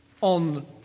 on